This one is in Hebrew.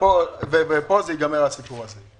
ופה ייגמר הסיפור הזה.